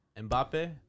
Mbappe